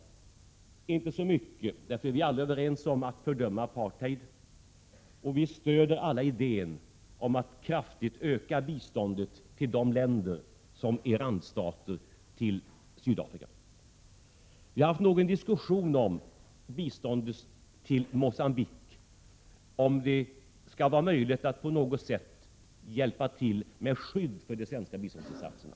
Vi har inte talat så mycket om saken, för vi är alla överens om att fördöma apartheid, och vi stöder alla idén om att kraftigt öka biståndet till de länder som är randstater till Sydafrika. Vi har haft en diskussion om biståndet till Mogambique — om det skall vara möjligt att på något sätt hjälpa till med skydd för de svenska biståndsinsatserna.